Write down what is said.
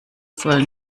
soll